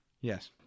Yes